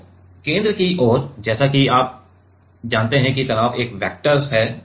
तो केंद्र की ओर जैसा कि आप जानते हैं कि तनाव एक वेक्टर है